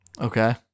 Okay